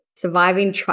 Surviving